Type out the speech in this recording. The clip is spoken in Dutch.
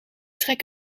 trek